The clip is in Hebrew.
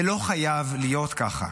זה לא חייב להיות ככה,